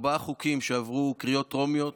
ארבעה חוקים שעברו קריאות טרומיות,